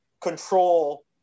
control